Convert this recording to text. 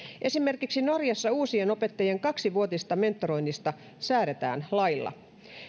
esimerkiksi norjassa uusien opettajien kaksivuotisesta mentoroinnista säädetään lailla